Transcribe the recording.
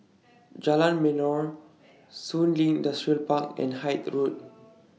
Jalan Melor Shun Li Industrial Park and Hythe Road